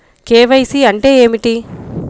KYC అంటే ఏమిటి?